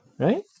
Right